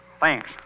Thanks